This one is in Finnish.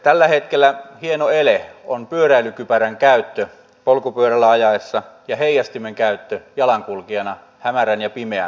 tällä hetkellä hieno ele on pyöräilykypärän käyttö polkupyörällä ajaessa ja heijastimen käyttö jalankulkijana hämärän ja pimeän aikana